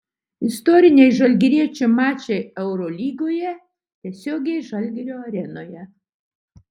istoriniai žalgiriečių mačai eurolygoje tiesiogiai žalgirio arenoje